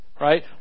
right